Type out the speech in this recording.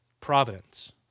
providence